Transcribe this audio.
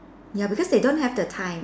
ya because they don't have the time